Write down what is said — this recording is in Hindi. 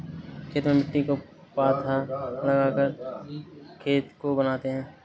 खेती में मिट्टी को पाथा लगाकर खेत को बनाते हैं?